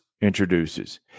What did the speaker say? introduces